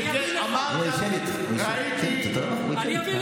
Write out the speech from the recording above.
אני אביא לך.